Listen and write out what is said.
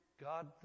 God